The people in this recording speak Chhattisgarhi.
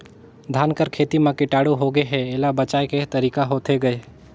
धान कर खेती म कीटाणु होगे हे एला बचाय के तरीका होथे गए?